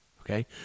okay